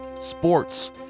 sports